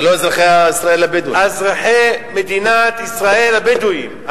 זה לא אזרחי ישראל הבדואים.